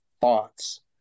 thoughts